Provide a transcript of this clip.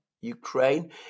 Ukraine